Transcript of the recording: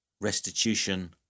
restitution